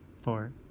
four